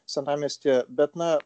senamiestyje bet na